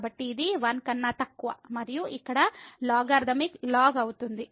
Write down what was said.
కాబట్టి ఇది 1 కన్నా తక్కువ మరియు ఇక్కడ లాగరిథమిక్ ln అవుతుంది